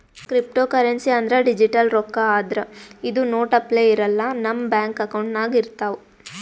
cryptocurrency ಅಂದ್ರ digital ರೊಕ್ಕಾ ಆದ್ರ್ ಇದು ನೋಟ್ ಅಪ್ಲೆ ಇರಲ್ಲ ನಮ್ ಬ್ಯಾಂಕ್ ಅಕೌಂಟ್ನಾಗ್ ಇರ್ತವ್